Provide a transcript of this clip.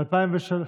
ב-2003,